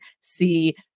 see